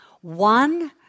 One